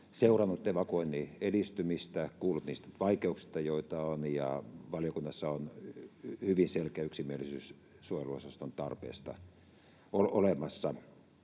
päivän aikana seurannut evakuoinnin edistymistä, kuullut niistä vaikeuksista, joita on, ja valiokunnassa on hyvin selkeä yksimielisyys suojeluosaston tarpeesta.